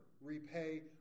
repay